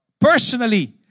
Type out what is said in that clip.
personally